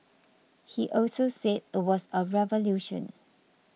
he also said it was a revolution